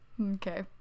okay